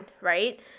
right